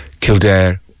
Kildare